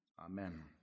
Amen